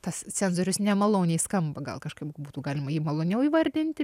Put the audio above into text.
tas cenzorius nemaloniai skamba gal kažkaip būtų galima jį maloniau įvardinti